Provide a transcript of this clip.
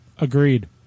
Agreed